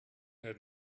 had